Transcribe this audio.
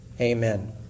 amen